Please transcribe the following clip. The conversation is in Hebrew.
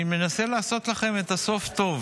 נעבור לנושא הבא על סדר-היום: